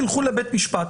תלכו לבית משפט.